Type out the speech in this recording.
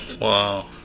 Wow